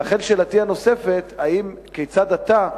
ולכן שאלתי הנוספת היא, כיצד אתה,